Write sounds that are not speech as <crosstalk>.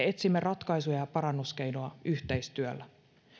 <unintelligible> etsimme ratkaisuja ja parannuskeinoa yhteistyöllä